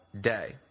day